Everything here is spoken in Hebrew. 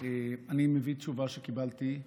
אני מביא תשובה שקיבלתי.